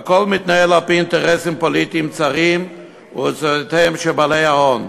והכול מתנהל על-פי אינטרסים פוליטיים צרים של בעלי ההון,